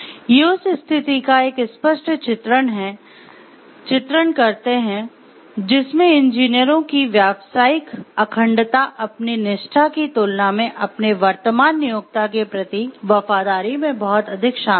ये उस स्थिति का एक स्पष्ट चित्रण करते हैं जिसमें इंजीनियरों की "व्यावसायिक अखंडता" की तुलना में अपने वर्तमान नियोक्ता के प्रति वफादारी में बहुत अधिक शामिल है